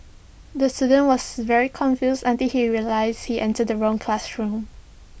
the student was very confused until he realised he entered the wrong classroom